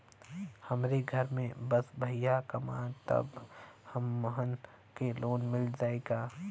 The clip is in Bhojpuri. हमरे घर में बस भईया कमान तब हमहन के लोन मिल जाई का?